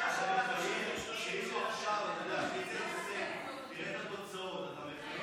הסתייגות 11 לחלופין לא נתקבלה.